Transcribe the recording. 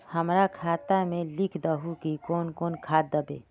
हमरा खाता में लिख दहु की कौन कौन खाद दबे?